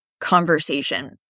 conversation